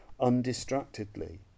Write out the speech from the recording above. undistractedly